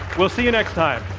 we'll see you next time.